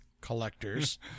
collectors